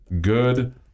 good